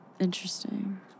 interesting